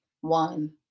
one